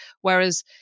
Whereas